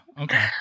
okay